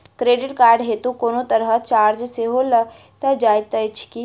Credit card हेतु कोनो तरहक चार्ज सेहो लेल जाइत अछि की?